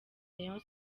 rayon